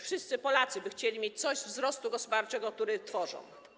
Wszyscy Polacy chcieliby mieć coś ze wzrostu gospodarczego, który tworzą.